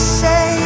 say